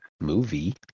movie